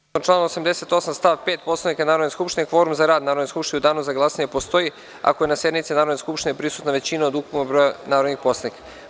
Saglasno članu 88. stav 5. Poslovnika Narodne skupštine, kvorum za rad Narodne skupštine u danu za glasanje postoji ako je na sednici Narodne skupštine prisutna većina od ukupnog broja narodnih poslanika.